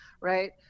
right